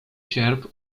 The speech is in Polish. sierp